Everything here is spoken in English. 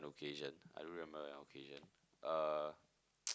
occasion I do remember an occasion uh